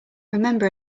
remember